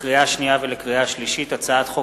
לקריאה שנייה ולקריאה שלישית: הצעת חוק